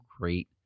great